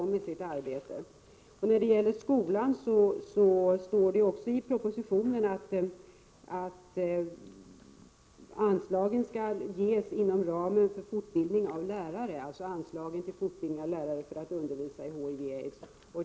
När det gäller skolan står det också i propositionen att fortbildning för att undervisa om HIV och aids skall ges inom ramen för anslaget till fortbildning av lärare.